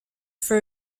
for